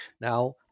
Now